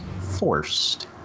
forced